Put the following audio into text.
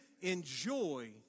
enjoy